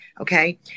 Okay